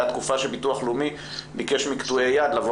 הייתה תקופה שהביטוח הלאומי ביקש מקטועי יד לבוא